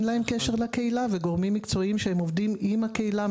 להם קשר לקהילה וגורמים מקצועיים שהם עובדים עם הקהילה,